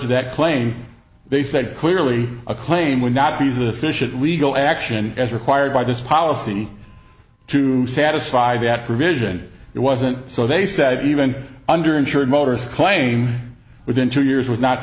to that claim they said clearly a claim would not be sufficient legal action as required by this policy to satisfy that provision it wasn't so they said even under insured motorists claim within two years was not